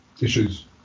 issues